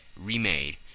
remade